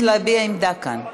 תהיה לכם אפשרות להביע עמדה כאן.